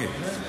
כלכלה.